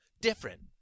different